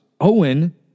Owen